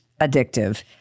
addictive